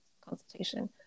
consultation